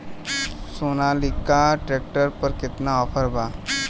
Sonalika tractor पर केतना offer बा?